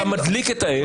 אתה מדליק את האש,